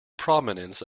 prominence